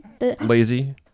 lazy